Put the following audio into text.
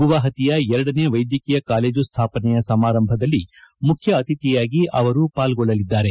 ಗುವಾಹಟಿಯ ಎರಡನೇ ವೈದ್ಯಕೀಯ ಕಾಲೇಜು ಸ್ವಾಪನೆಯ ಸಮಾರಂಭದಲ್ಲಿ ಮುಖ್ಯ ಅತಿಥಿಯಾಗಿ ಅವರು ಪಾಲ್ಗೊಳ್ಳಲಿದ್ದಾರೆ